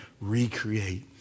recreate